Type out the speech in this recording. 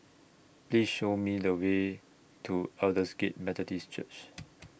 Please Show Me The Way to Aldersgate Methodist Church